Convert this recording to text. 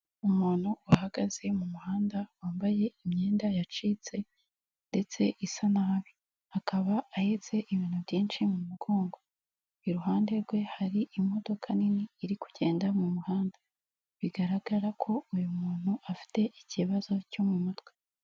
Umuntu uhagaze mu muhanda wambaye imyenda yacitse ndetse isa nabi. Akaba ahetse ibintu byinshi mu mugongo. Iruhande rwe hari imodoka nini iri kugenda mu muhanda. Bigaragara ko uyu muntu afite ikibazo cyo mu mutwe.